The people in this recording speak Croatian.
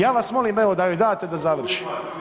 Ja vas molim evo da joj date da završi.